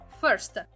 First